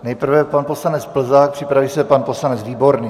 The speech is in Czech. Nejprve pan poslanec Plzák, připraví se pan poslanec Výborný.